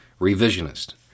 Revisionist